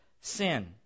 sin